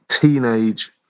teenage